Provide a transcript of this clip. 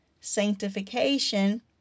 sanctification